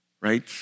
Right